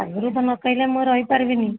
ଆଗରୁ ତ ନ କହିଲେ ମୁଁ ରହିପାରିବିନି